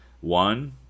One